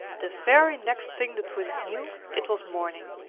the very next thing the twins knew, it was morning,